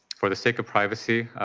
for the sake of privacy,